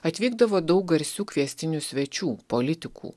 atvykdavo daug garsių kviestinių svečių politikų